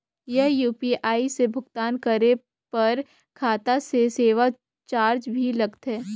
ये यू.पी.आई से भुगतान करे पर खाता से सेवा चार्ज भी लगथे?